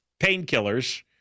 painkillers